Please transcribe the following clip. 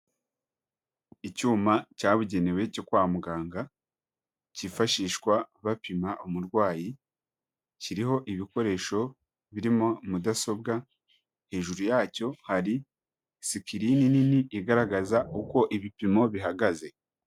Icyuma cyabugenewe cyo kwa muganga, kifashishwa bapima umurwayi, kiriho ibikoresho birimo mudasobwa, hejuru yacyo hari sikirini nini igaragaza uko ibipimo bihagaze.